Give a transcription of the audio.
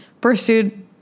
pursued